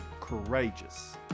courageous